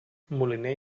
moliner